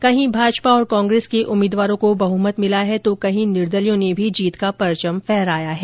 कहीं भाजपा और कांग्रेस के उम्मीदवारों को बहमत मिला है तो कहीं निर्दलियों ने भी जीत का परचम फहराया है